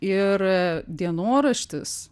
ir dienoraštis